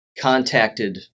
Contacted